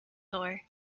door